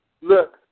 look